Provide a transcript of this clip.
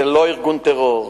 זה לא ארגון טרור.